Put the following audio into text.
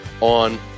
on